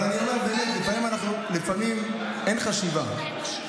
אבל לפעמים אין חשיבה.